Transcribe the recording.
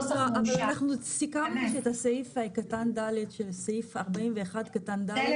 אבל אנחנו סיכמנו שסעיף קטן ד' סעיף 41 ד'.